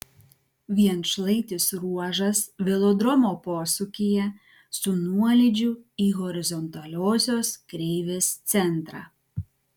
vienšlaitis ruožas velodromo posūkyje su nuolydžiu į horizontaliosios kreivės centrą